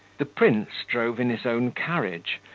the prince drove in his own carriage,